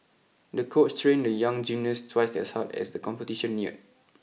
the coach trained the young gymnast twice as hard as the competition neared